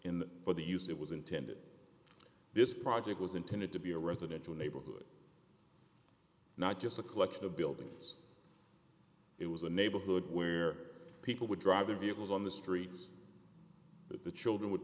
for the use it was intended this project was intended to be a residential neighborhood not just a collection of buildings it was a neighborhood where people would drive their vehicles on the streets that the children would